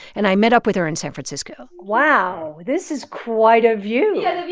and i met up with her in san francisco wow. this is quite a view yeah. the